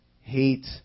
hate